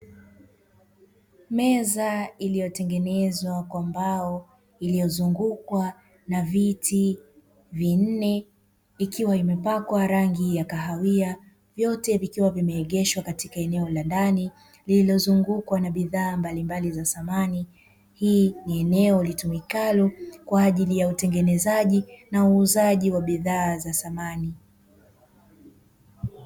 Meza iliyotengenezwa kwa mbao iliyozungukwa na viti vinne ikiwa imepakwa rangi ya kahawia, vyote vikiwa vimeegeshwa katika eneo la ndani lililozungukwa na bidhaa mbalimbali za samani. Hili ni eneo litumikalo kwa ajili utengenezaji na uuzaji wa bidhaa za samani.